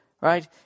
Right